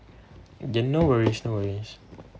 ya no worries no worries